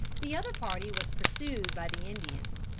the other party was pursued by the indians,